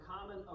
common